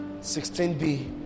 16B